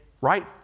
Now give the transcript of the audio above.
right